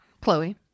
Chloe